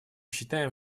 считаем